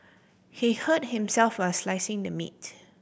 he hurt himself while slicing the meat